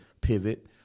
pivot